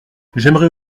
j’aimerais